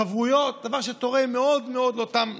חברויות, דבר שתורם מאוד מאוד לאותם נערים.